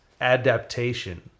adaptation